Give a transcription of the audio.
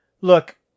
Look